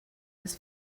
his